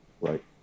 right